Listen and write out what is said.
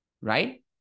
right